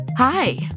Hi